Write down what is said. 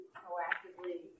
proactively